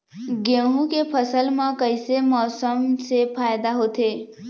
गेहूं के फसल म कइसे मौसम से फायदा होथे?